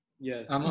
Yes